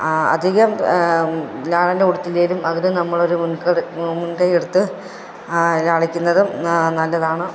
അധികം ലാളന കൊടുത്തില്ലേലും അതിനാൽ നമ്മൾ ഒ മുൻക മുൻകൈെയ്യെടുത്ത് ലാളിക്കുന്നതും നല്ലതാണ്